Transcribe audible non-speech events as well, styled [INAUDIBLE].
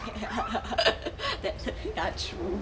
[LAUGHS] the the ya true